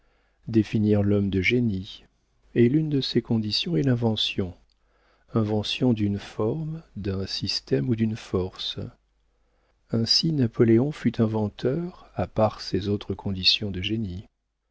définir l'homme de génie et l'une de ses conditions est l'invention invention d'une forme d'un système ou d'une force ainsi napoléon fut inventeur à part ses autres conditions de génie